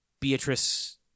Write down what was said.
Beatrice